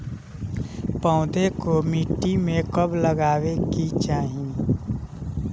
पौधे को मिट्टी में कब लगावे के चाही?